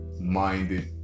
minded